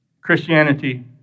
Christianity